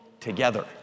together